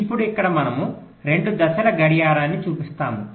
ఇప్పుడు ఇక్కడ మనము రెండు దశల గడియారాన్ని చూపిస్తాము